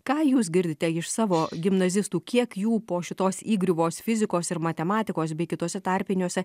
ką jūs girdite iš savo gimnazistų kiek jų po šitos įgriuvos fizikos ir matematikos bei kituose tarpiniuose